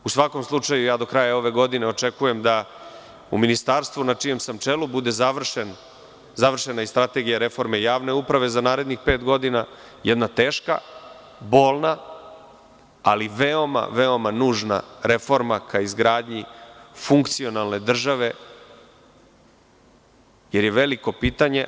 U svakom slučaju, do kraja ove godine očekujem da u Ministarstvu na čijem sam čelu bude završena i strategija reforme javne uprave za narednih pet godina, jedna teška, bolna, ali veoma nužna reforma ka izgradnji funkcionalne države, jer je veliko pitanje.